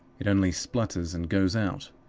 it only splutters and goes out.